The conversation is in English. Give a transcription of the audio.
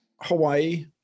Hawaii